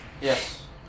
Yes